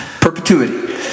Perpetuity